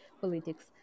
politics